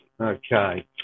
Okay